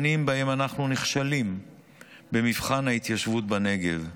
שנים שבהן אנחנו נכשלים במבחן ההתיישבות בנגב.